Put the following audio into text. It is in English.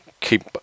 keep –